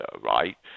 right